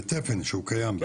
ותפן שהוא קיים.